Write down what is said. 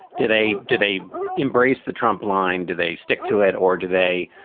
did a did a embrace the trump line? do they stick to it or do they,